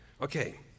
Okay